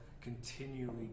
continually